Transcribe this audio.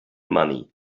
money